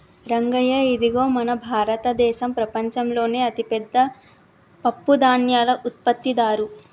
రంగయ్య ఇదిగో మన భారతదేసం ప్రపంచంలోనే అతిపెద్ద పప్పుధాన్యాల ఉత్పత్తిదారు